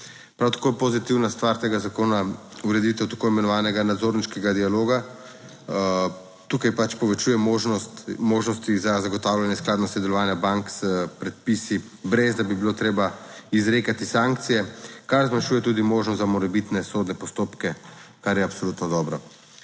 Prav tako je pozitivna stvar tega zakona, ureditev tako imenovanega nadzorniškega dialoga. Tukaj pač povečuje možnost možnosti za zagotavljanje skladnosti delovanja bank s predpisi brez da bi bilo treba izrekati sankcije, kar zmanjšuje tudi možnost za morebitne sodne postopke, kar je absolutno dobro.